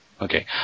okay